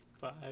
five